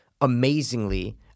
amazingly